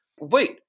wait